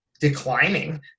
declining